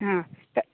हा